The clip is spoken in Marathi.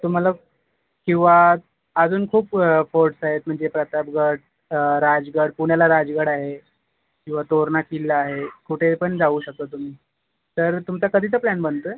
तुम्हाला किंवा अजून खूप फोर्ट्स आहेत म्हणजे प्रतापगड राजगड पुण्याला राजगड आहे किंवा तोरणा किल्ला आहे कुठेही पण जाऊ शकता तुम्ही तर तुमचा कधीचा प्लॅन बनतो आहे